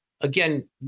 again